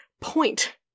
point